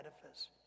edifice